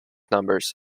numbers